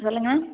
சொல்லுங்கள்